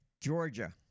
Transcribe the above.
Georgia